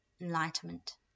enlightenment